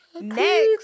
Next